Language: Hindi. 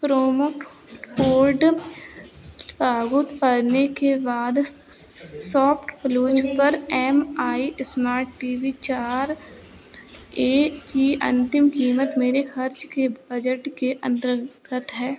प्रोमो कोड करने के बाद शॉपक्लूज़ पर M I E smart T V चार ए की अंतिम कीमत मेरे खर्च के बजट के अंतर्गत है